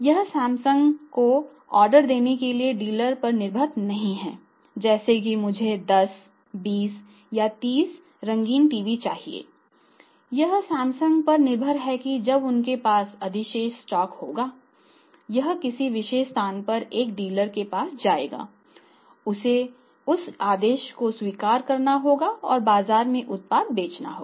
यह सैमसंग को ऑर्डर देने के लिए डीलर पर निर्भर नहीं है जैसे मुझे 10 20 या 30 रंगीन टीवी चाहिए यह सैमसंग पर निर्भर है कि जब उनके पास अधिशेष स्टॉक होगा यह किसी विशेष स्थान पर एक डीलर के पास जाएगा उसे उस आदेश को स्वीकार करना होगा और बाजार में उत्पाद बेचना होगा